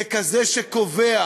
ככזה שקובע